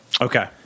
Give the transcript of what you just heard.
Okay